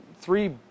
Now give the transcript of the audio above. three